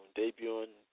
debuting